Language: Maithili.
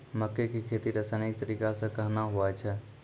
मक्के की खेती रसायनिक तरीका से कहना हुआ छ?